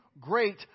great